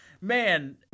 Man